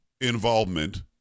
involvement